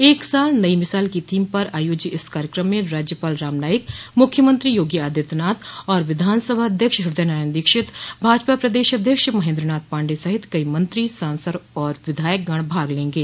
एक साल नई मिसाल की थीम पर आयोज्य इस कार्यकम में राज्यपाल रामनाईक मुख्यमंत्री योगी आदित्यनाथ और विधानसभा अध्यक्ष हृदयनारायण दीक्षित भाजपा प्रदश अध्यक्ष महेन्द्रनाथ पाण्डेय सहित कई मंत्री सांसद और विधायकगण भाग लेंगे